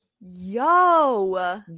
yo